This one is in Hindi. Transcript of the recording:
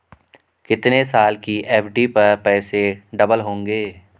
कितने साल की एफ.डी पर पैसे डबल होंगे?